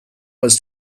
was